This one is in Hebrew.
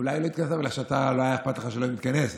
אולי היא לא התכנסה בגלל שלא היה אכפת לך שהיא לא מתכנסת,